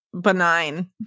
benign